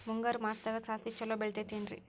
ಮುಂಗಾರು ಮಾಸದಾಗ ಸಾಸ್ವಿ ಛಲೋ ಬೆಳಿತೈತೇನ್ರಿ?